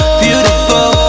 beautiful